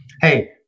hey